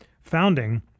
founding